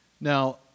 Now